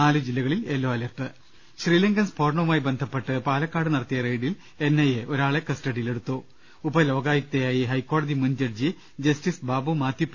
നാലു ജില്ലകളിൽ yellow alert Sri Lankan സ്ഫോടനവുമായി ബന്ധപ്പെട്ട് പാലക്കാട് നടത്തിയ റെയ്ഡിൽ എൻ ഐ എ ഒരാളെ കസ്റ്റഡിയിലെടുത്തു ഉപലോകായുക്തയായി ഹൈക്കോടതി മുൻ ജഡ്ജി ജസ്റ്റിസ് ബാബു മാത്യു പി